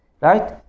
right